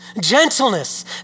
Gentleness